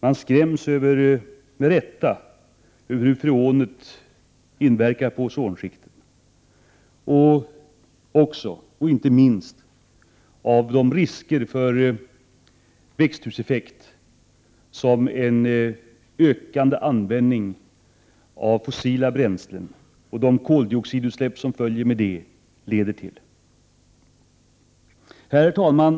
Man skräms med rätta av hur freonet inverkar på ozonskiktet och, inte minst, av den växthuseffekt 1 som en ökande användning av fossila bränslen och de koldioxidutsläpp som följer med den leder till. Herr talman!